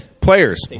Players